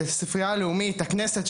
את הספרייה הלאומית ואת הכנסת,